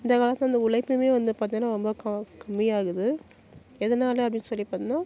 இந்த காலத்தில் இந்த உழைப்புமே வந்து பார்த்திங்கன்னா ரொம்ப கம்மியாகுது எதனால அப்படின்னு சொல்லி பார்த்திங்கன்னா